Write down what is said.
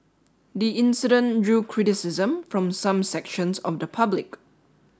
the incident drew criticism from some sections of the public